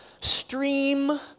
stream